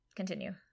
Continue